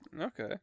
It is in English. Okay